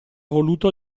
voluto